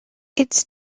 its